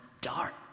dark